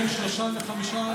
בין שלושה לחמישה מתמחים.